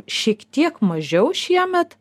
šiek tiek mažiau šiemet